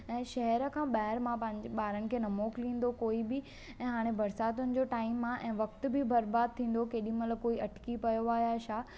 ऐं शहर खां ॿाहिरि मां पंहिंजे ॿारनि खे न मोकिलिंदो कोई बि ऐं हाणे बरसातियुनि जो टाइम आहे ऐं वक़्तु बि बरबाद थींदो केॾी महिल कोई अटकी पयो आहे या छा